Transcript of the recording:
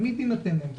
תמיד תינתן להם האפשרות,